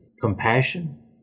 compassion